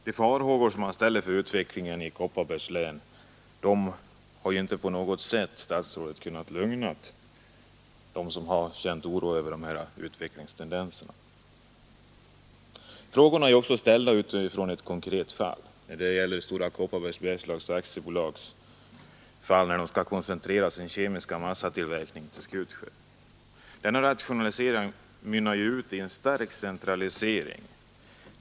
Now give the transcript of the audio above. De farhågor som man hyser för utvecklingstendenserna i Kopparbergs län har statsrådet inte på något sätt kunnat dämpa. Frågorna är också ställda utifrån ett konkret fall: Stora Kopparbergs bergslags AB:s planer på att koncentrera sin kemiska massatillverkning till Skutskär. Denna rationalisering mynnar ju ut i en stark centralisering.